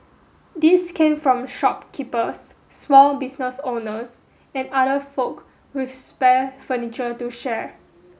these came from shopkeepers small business owners and other folk with spare furniture to share